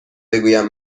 بگویم